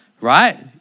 Right